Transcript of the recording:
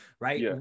right